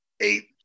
eight